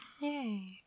Yay